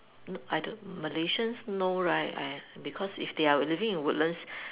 I don't Malaysians no right I because if they are living in Woodlands